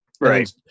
right